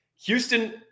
Houston